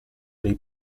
dei